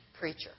preacher